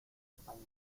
español